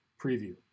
preview